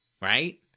Right